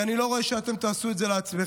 כי אני לא רואה שאתם תעשו את זה לעצמכם.